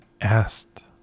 asked